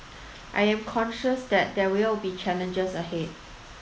I am conscious that there will be challenges ahead